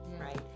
right